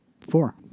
Four